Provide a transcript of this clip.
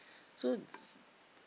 so